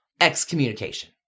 Excommunication